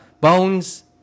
Bones